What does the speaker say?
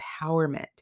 empowerment